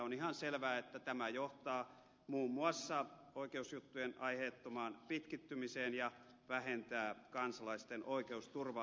on ihan selvää että tämä johtaa muun muassa oikeusjuttujen aiheettomaan pitkittymiseen ja vähentää kansalaisten oikeusturvaa